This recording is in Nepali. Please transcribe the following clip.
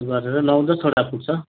त्यो गरेर नौ दसवटा पुग्छ